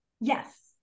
Yes